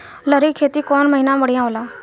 लहरी के खेती कौन महीना में बढ़िया होला?